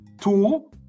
two